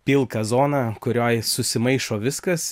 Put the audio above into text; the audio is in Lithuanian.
pilką zoną kurioj susimaišo viskas